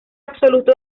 absoluto